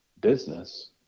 business